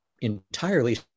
entirely